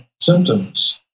symptoms